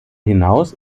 hinaus